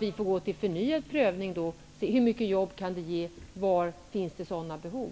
Vi får gå till förnyad prövning, se hur många jobb det kan ge och var det finns behov.